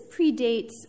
predates